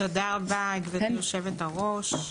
תודה רבה גברתי יושבת הראש,